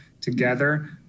together